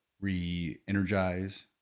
re-energize